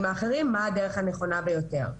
האחרים מה הדרך הנכונה ביותר ליישום.